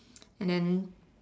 and then